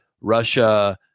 Russia